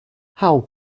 how